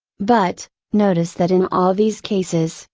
but, notice that in all these cases,